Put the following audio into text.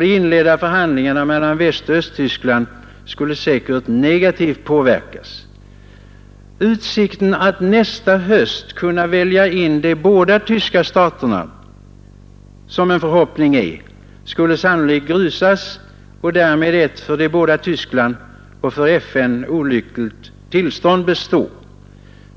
De inledda förhandlingarna mellan Västoch Östtyskland skulle säkert negativt påverkas. Utsikten att kunna välja in de båda tyska staterna i FN nästa höst, som förhoppningen är, skulle sannolikt grusas och därmed ett för de båda Tyskland och för FN olyckligt tillstånd bestå.